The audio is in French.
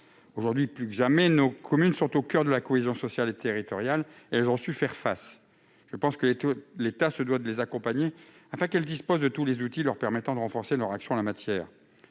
Aujourd'hui, plus que jamais, nos communes sont à la base de la cohésion sociale et territoriale et elles ont su faire face. L'État se doit toutefois de les accompagnera afin qu'elles disposent de tous les outils leur permettant de renforcer leur action en la matière.